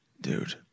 Dude